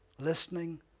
listening